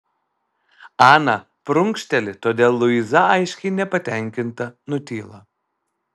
ana prunkšteli todėl luiza aiškiai nepatenkinta nutyla